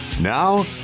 now